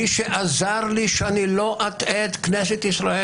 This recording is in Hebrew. מי שעזר לי כדי שאני לא אטעה את כנסת ישראל,